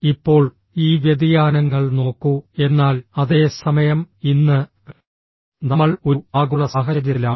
ഇപ്പോൾ ഈ വ്യതിയാനങ്ങൾ നോക്കൂ എന്നാൽ അതേ സമയം ഇന്ന് നമ്മൾ ഒരു ആഗോള സാഹചര്യത്തിലാണ്